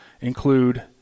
include